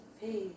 Hey